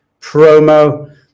Promo